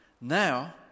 Now